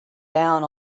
down